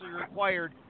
required